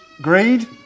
Greed